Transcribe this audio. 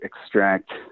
extract